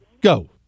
go